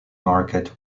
market